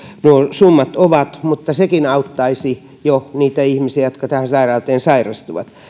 summat ovat mutta jo sekin auttaisi niitä ihmisiä jotka tähän sairauteen sairastuvat